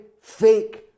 fake